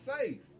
safe